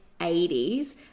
80s